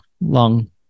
long